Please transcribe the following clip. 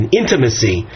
intimacy